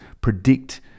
predict